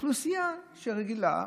האוכלוסייה הרגילה,